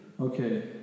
Okay